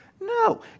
No